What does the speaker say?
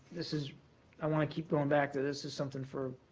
this is i want to keep going back to this is something for